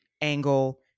angle